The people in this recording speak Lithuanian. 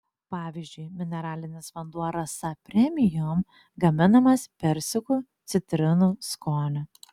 pavyzdžiui mineralinis vanduo rasa premium gaminamas persikų citrinų skonio